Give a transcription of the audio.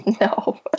No